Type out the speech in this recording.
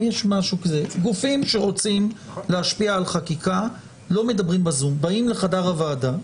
גופים שרוצים להשפיע על חקיקה לא מדברים בזום באים לחדר הוועדה.